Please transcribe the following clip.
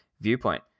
viewpoint